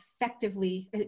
effectively